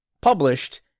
published